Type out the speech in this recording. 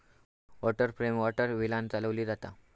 water frame water व्हीलांन चालवली जाता